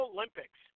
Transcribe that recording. Olympics